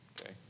Okay